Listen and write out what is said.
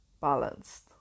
balanced